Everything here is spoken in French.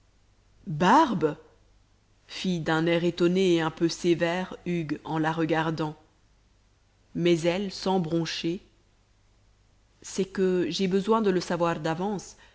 barbe fit d'un air étonné et un peu sévère hugues en la regardant mais elle sans broncher c'est que j'ai besoin de le savoir d'avance